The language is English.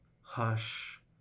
hush